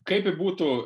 kaip bebūtų